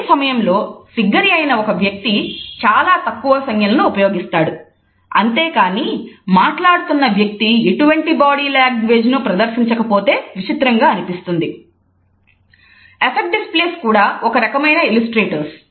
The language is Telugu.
అంతేకానీ మాట్లాడుతున్న వ్యక్తి ఎటువంటి బాడీ లాంగ్వేజ్ను ప్రదర్శించకపోతే విచిత్రంగా అనిపిస్తుంది అఫక్ట్ డిస్ప్లేస్ కూడా ఒక రకమైన ఇల్లస్ట్రేటర్ illustrator